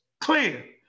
Clear